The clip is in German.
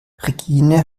regine